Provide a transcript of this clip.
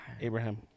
Abraham